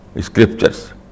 scriptures